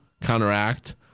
counteract